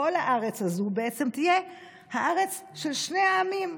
כל הארץ הזו בעצם תהיה הארץ של שני העמים,